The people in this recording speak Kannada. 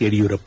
ಯಡಿಯೂರಪ್ಪ